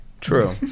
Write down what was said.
True